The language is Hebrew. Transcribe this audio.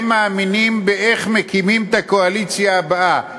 הם מאמינים ב-איך מקימים את הקואליציה הבאה.